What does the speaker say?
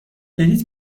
بلیط